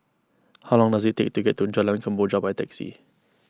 how long does it take to get to Jalan Kemboja by taxi